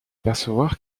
apercevoir